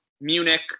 Munich